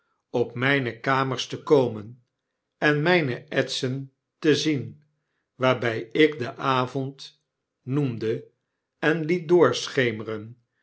op myne kamerste komen en myne etsen te zien waarby ik den avond noemde en liet doorschemerefo